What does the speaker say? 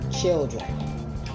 children